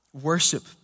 worship